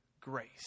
grace